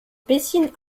bisschen